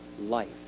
life